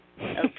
Okay